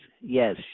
yes